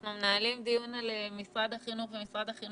אנחנו מנהלים דיון על משרד החינוך, ומשרד החינוך